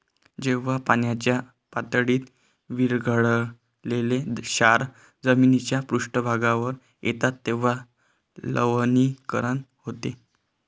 जेव्हा पाण्याच्या पातळीत विरघळलेले क्षार जमिनीच्या पृष्ठभागावर येतात तेव्हा लवणीकरण होते